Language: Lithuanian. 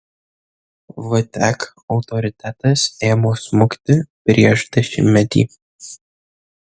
vtek autoritetas ėmė smukti prieš dešimtmetį